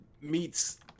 meets